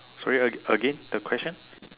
sorry a~ again the question